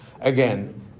again